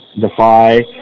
Defy